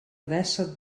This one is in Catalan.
dèsset